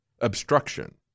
obstruction